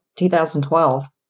2012